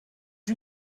you